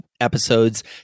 episode's